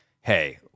hey